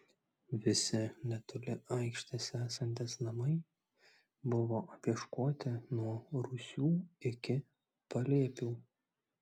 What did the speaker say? visi netoli aikštės esantys namai buvo apieškoti nuo rūsių iki palėpių